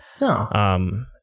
No